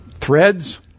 threads